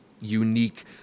unique